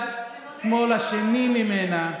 השני משמאל, השני ממנה,